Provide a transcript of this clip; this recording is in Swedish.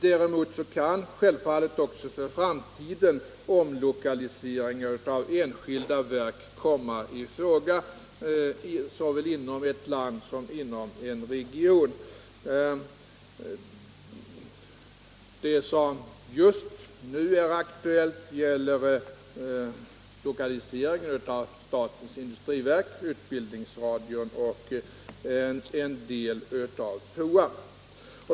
Däremot kan också i framtiden omlokaliseringar av enskilda verk komma i fråga såväl inom landet som inom en region. Det som just nu är aktuellt är lokaliseringen av statens industriverk, utbildningsradion och en del av FOA.